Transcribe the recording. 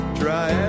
try